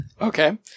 Okay